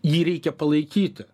jį reikia palaikyti